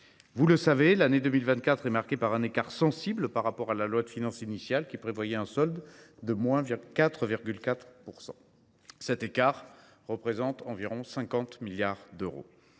Vous le savez, l’année 2024 est marquée par un écart sensible par rapport à la loi de finances initiale, qui prévoyait un solde négatif de 4,4 %. Cet écart représente environ 50 milliards d’euros.